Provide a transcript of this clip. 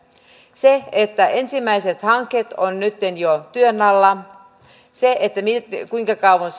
ensimmäiset hankkeet ovat nytten jo työn alla ja sen näkee sitten kuinka kauan